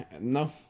no